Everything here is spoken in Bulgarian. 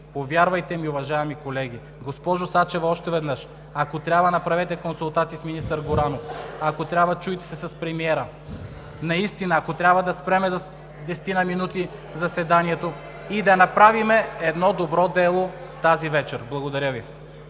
повярвайте ми, уважаеми колеги. Госпожо Сачева, още веднъж, ако трябва, направете консултации с министър Горанов, ако трябва, чуйте се с премиера. Наистина, ако трябва, да спрем за десетина минути заседанието и да направим едно добро дело тази вечер. Благодаря Ви.